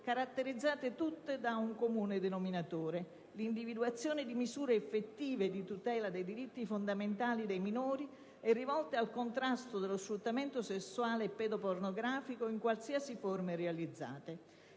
caratterizzate tutte da un comune denominatore: l'individuazione di misure effettive di tutela dei diritti fondamentali dei minori rivolte al contrasto dello sfruttamento sessuale e pedopornografico in qualsiasi forma realizzato.